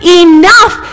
enough